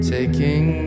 Taking